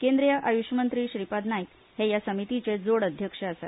केंद्रीय आय्शमंत्री श्रीपाद नायक हे समितीचे जोड अध्यक्ष आसा